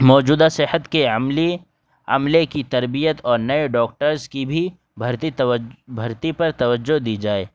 موجودہ صحت کے عملی عملے کی تربیت اور نئے ڈاکٹرز کی بھی بھرتی بھرتی پر توجہ دی جائے